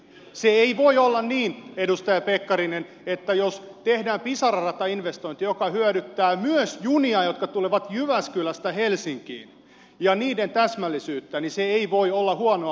se ei voi olla edustaja pekkarinen huono asia että tehdään pisara ratainvestointi joka hyödyttää myös junia jotka tulevat jyväskylästä helsinkiin ja joka edistää niiden täsmällisyyttä